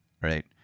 right